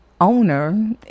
owner